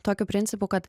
tokiu principu kad